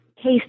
case